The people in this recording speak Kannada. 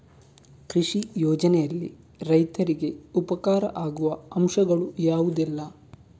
ಕೃಷಿ ಯೋಜನೆಯಲ್ಲಿ ರೈತರಿಗೆ ಉಪಕಾರ ಆಗುವ ಅಂಶಗಳು ಯಾವುದೆಲ್ಲ?